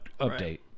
update